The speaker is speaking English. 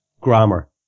grammar